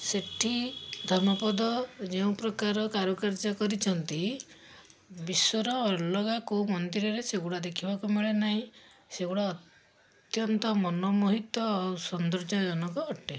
ସେଇଠି ଧର୍ମପଦ ଯେଉଁପ୍ରକାର କାରୁକାର୍ଯ୍ୟ କରିଛନ୍ତି ବିଶ୍ୱର ଅଲଗା କେଉଁ ମନ୍ଦିରରେ ସେଗୁରା ଦେଖିବାକୁ ମିଳେନାହିଁ ସେଗୁଡ଼ା ଅତ୍ୟନ୍ତ ମନମୋହିତ ଆଉ ସୌନ୍ଦର୍ଯ୍ୟଜନକ ଅଟେ